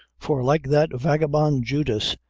for, like that vagabone, judas,